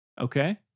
Okay